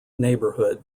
neighborhood